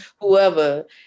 whoever